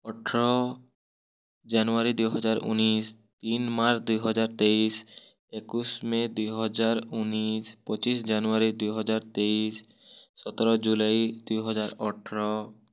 ଅଠ୍ର January ଦୁଇ ହଜାର୍ ଉନିଶ୍ ତିନ୍ ମାର୍ଚ୍ଚ୍ ଦୁଇ ହଜାର୍ ତେଇଶ୍ ଏକୋଇଶ୍ ମେ' ଦୁଇ ହଜାର୍ ଉନିଶ୍ ପଚିଶ୍ ଜାନୁୟାରୀ ଦୁଇ ହଜାର୍ ତେଇଶ୍ ସତର ଜୁଲାଇ ଦୁଇ ହଜାର୍ ଅଠ୍ର